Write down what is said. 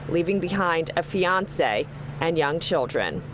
leaving behind a fiance and young children.